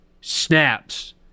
snaps